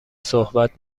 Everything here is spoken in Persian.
صحبت